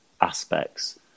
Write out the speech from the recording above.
aspects